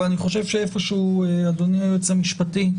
אדוני היועץ המשפטי,